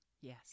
Yes